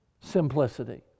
simplicity